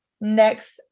Next